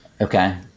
Okay